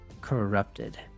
corrupted